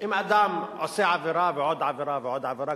אם אדם עושה עבירה ועוד עבירה ועוד עבירה,